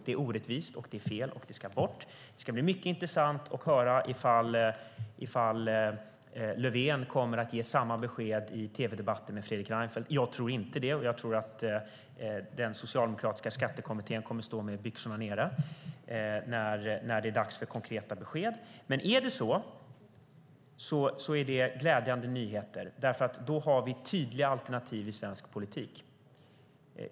Det är orättvist och fel, och det ska bort. Det ska bli mycket intressant att höra om Löfven kommer att ge samma besked i tv-debatter med Fredrik Reinfeldt. Jag tror inte det. Jag tror att den socialdemokratiska skattekommittén kommer att stå med byxorna nere när det är dags för konkreta besked. Är det så är det glädjande nyheter, för då har vi tydliga alternativ i svensk politik.